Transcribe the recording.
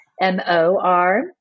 M-O-R